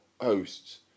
hosts